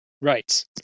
Right